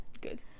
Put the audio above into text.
Good